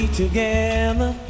together